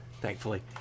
thankfully